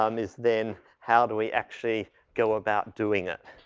um is then how do we actually go about doing it?